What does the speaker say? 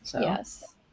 Yes